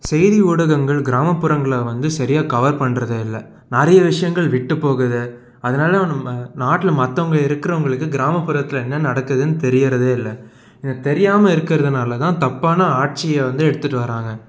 செய்தி ஊடகங்கள் கிராமப்புறங்களை வந்து சரியாக கவர் பண்ணுறதே இல்லை நிறைய விஷயங்கள் விட்டுப்போகுது அதனால நம்ப நாட்டில் மற்றவங்க இருக்கிறவங்களுக்கு கிராமப்புறத்தில் என்ன நடக்குதுன்னு தெரியுறதே இல்லை இந்த தெரியாம இருக்கிறதுனால தான் தப்பான ஆட்சியை வந்து எடுத்துகிட்டு வராங்க